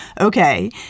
okay